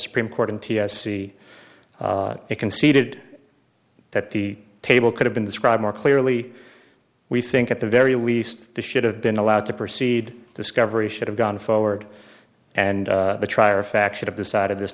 supreme court and see it conceded that the table could have been described more clearly we think at the very least the should have been allowed to proceed discovery should have gone forward and try or faction of the side of this